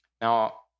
Now